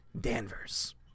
Danvers